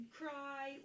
cry